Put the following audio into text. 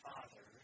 Father